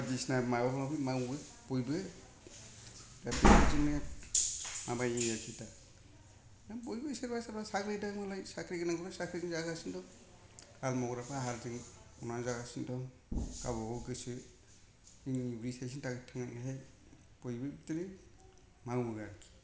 बायदिसिना माबा माबि मावो बयबो दा बेफोरबादिनो माबायो आरोखि दा दा बयबो सोरबा सोरबा साख्रि दं मालाय साख्रि गोनांफ्रा साख्रिजों जाहोगासिनो दं हाल मावग्राफ्रा हालजों मावनानै जागासिनो दं गावबागाव गोसो जोंनि उदै सासेनि थाखाय थांनानैहाय बयबो बिदिनो मावो आरोखि